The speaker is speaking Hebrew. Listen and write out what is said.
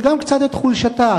וגם קצת את חולשתה,